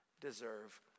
deserve